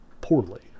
poorly